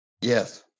Yes